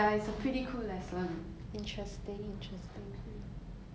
what would be the worst buy one get one free sale ever